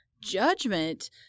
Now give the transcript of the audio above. judgment